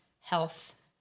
Health